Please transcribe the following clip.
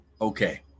Okay